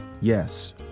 Yes